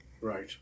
Right